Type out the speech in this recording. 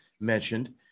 mentioned